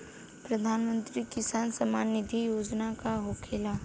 प्रधानमंत्री किसान सम्मान निधि योजना का होखेला?